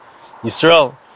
Yisrael